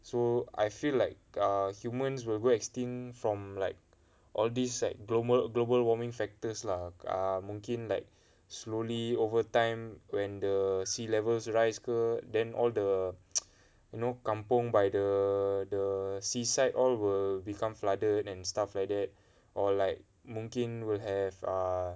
so I feel like err humans will go extinct from like all these like global global warming factors lah err mungkin like slowly over time when the sea levels rise ke then all the you know kampung by the the seaside all will become flooded and stuff like that or like mungkin will have err